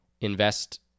invest